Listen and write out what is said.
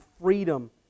freedom